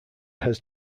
has